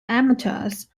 amateurs